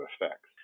effects